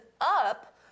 up